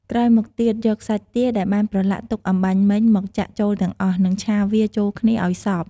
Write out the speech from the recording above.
ក្រោយមកទៀត យកសាច់ទាដែលបានប្រឡាក់ទុកអំបាញ់មិញមកចាក់ចូលទាំងអស់ និងឆាវាចូលគ្នាឱ្យសព្វ។